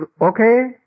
okay